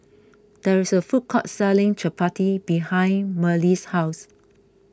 there is a food court selling Chappati behind Marely's house